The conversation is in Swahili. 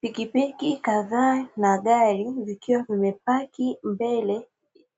Pikipiki kadhaa na gari vikiwa vimepaki mbele